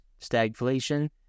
stagflation